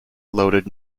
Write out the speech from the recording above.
loaded